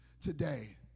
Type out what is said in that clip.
today